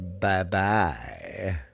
bye-bye